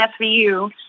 SVU